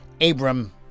Abram